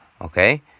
okay